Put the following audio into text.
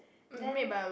then